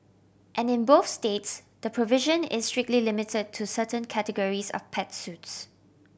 and in both states the provision is strictly limited to certain categories of pet suits